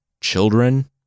children